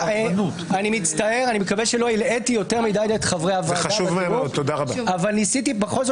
אני מקווה שלא הלאיתי מדי את חברי הוועדה אבל בכל זאת ניסיתי.